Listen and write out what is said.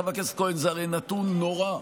חבר הכנסת כהן, זה הרי נתון נורא.